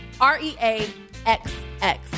R-E-A-X-X